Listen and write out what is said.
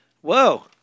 Whoa